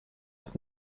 was